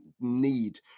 need